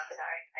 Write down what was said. sorry